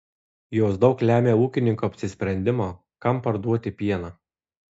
jos daug lemia ūkininko apsisprendimą kam parduoti pieną